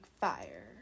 fire